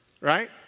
right